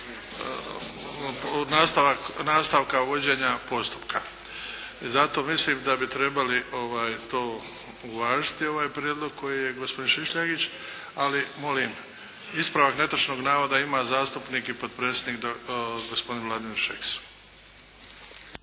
nastavka vođenja postupka. Zato mislim da bi trebali to uvažiti ovaj prijedlog koji je gospodin Šišljagić, ali molim. Ispravak netočnog navoda ima zastupnik i potpredsjednik gospodin Vladimir Šeks.